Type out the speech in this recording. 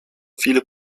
viele